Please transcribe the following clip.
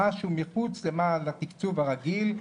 משהו מחוץ לתיקצוב הרגיל,